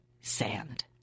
sand